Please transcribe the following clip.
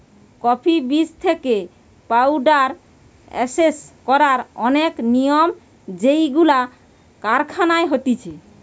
coffee বীজ থেকে powder process করার অনেক নিয়ম যেইগুলো কারখানায় হতিছে